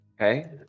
Okay